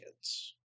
kids